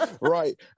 Right